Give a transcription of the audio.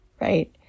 right